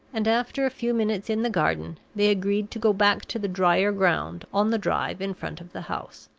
and, after a few minutes in the garden, they agreed to go back to the drier ground on the drive in front of the house.